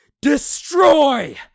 DESTROY